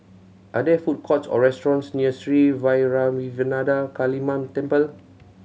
are there food courts or restaurants near Sri Vairavimada Kaliamman Temple